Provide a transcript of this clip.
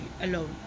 alone